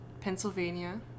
Pennsylvania